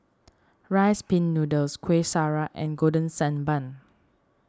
Rice Pin Noodles Kueh Syara and Golden Sand Bun